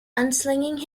unslinging